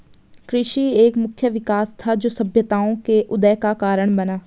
कृषि एक मुख्य विकास था, जो सभ्यताओं के उदय का कारण बना